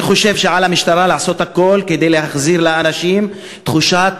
אני חושב שעל המשטרה לעשות הכול כדי להחזיר לאנשים את תחושת